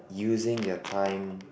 using your time